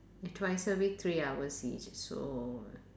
twice a week three hours each so